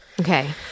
Okay